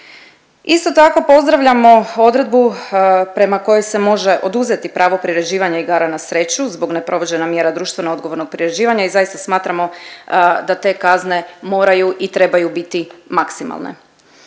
Isto tako pozdravljamo odredbu prema kojoj se može oduzeti pravo priređivanja igara na sreću zbog neprovođenja mjera društveno odgovornog priređivanja i zaista smatramo da te kazne moraju i trebaju biti maksimalne.